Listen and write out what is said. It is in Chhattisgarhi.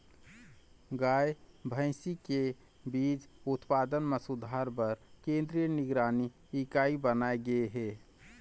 गाय, भइसी के बीज उत्पादन म सुधार बर केंद्रीय निगरानी इकाई बनाए गे हे